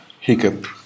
hiccup